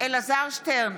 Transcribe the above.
אלעזר שטרן,